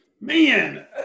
Man